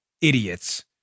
idiots